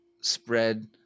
spread